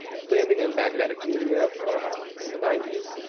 landing in magnetic media in the ninety s.